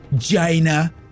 China